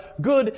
good